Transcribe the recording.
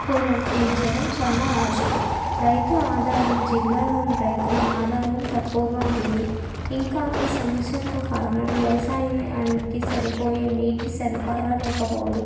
పునర్దించడం చాలా అవసరం రైతు ఆదాయం జిల్లాలోని రైతుల ఆదాయం తక్కువగా ఉంది ఇంకా ఈ సమస్యకు కారణం వ్యవసాయానికి సరిపోయే నీటి సరఫరా లేకపోవడం